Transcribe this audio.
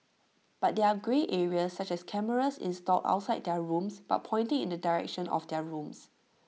but there are grey areas such as cameras installed outside their rooms but pointing in the direction of their rooms